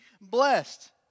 blessed